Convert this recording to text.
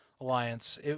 Alliance